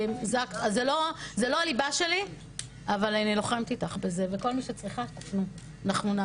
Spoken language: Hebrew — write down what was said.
זה לא הליבה שלי אבל אני לוחמת איתך בזה וכל מה שצריך אנחנו נעבוד.